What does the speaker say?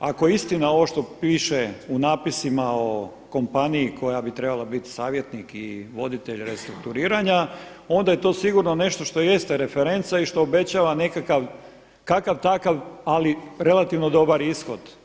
Ako je istina ovo što piše u napisima o kompaniji koja bi trebala biti savjetnik i voditelj restrukturiranja onda je to sigurno nešto što jeste referenca i što obećava nekakav, kakav takav, ali relativno dobar ishod.